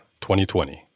2020